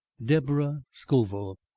deborah scoville!